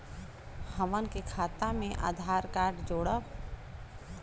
हमन के खाता मे आधार कार्ड जोड़ब?